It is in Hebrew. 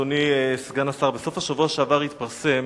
אדוני סגן השר, בסוף השבוע שעבר התפרסם